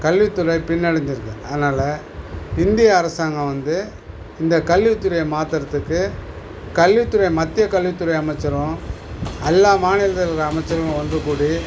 கல்வித்துறை பின்னடைஞ்சிருக்கு அதனால் இந்திய அரசாங்கம் வந்து இந்த கல்வித்துறையை மாத்துறதுக்கு கல்வித்துறை மத்திய கல்வித்துறை அமைச்சரும் எல்லா மாநிலத்து அமைச்சரும் ஒன்றுக் கூடி